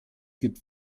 gibt